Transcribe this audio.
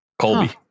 Colby